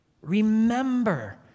Remember